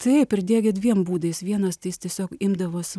taip ir diegia dviem būdais vienas tai jis tiesiog imdavosi